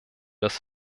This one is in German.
das